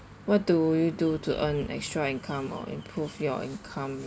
what do you do to earn extra income or improve your income